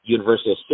Universal